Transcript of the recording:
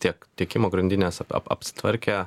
tiek tiekimo grandinėse ap ap apsitvarkę